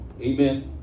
Amen